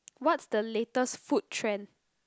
what's the latest food trend